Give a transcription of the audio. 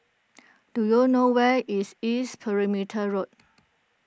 do you know where is East Perimeter Road